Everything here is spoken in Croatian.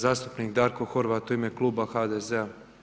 Zastupnik Darko Horvat u ime kluba HDZ-a.